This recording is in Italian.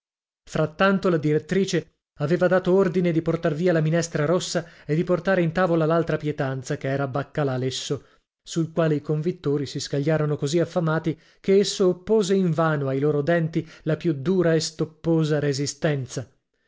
frattanto la direttrice aveva dato ordine di portar via la minestra rossa e di portare in tavola l'altra pietanza che era baccalà lesso sul quale i convittori si scagliarono così affamati che esso oppose invano ai loro denti la più dura e stopposa resistenza